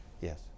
yes